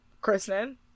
Kristen